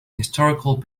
historical